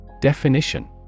Definition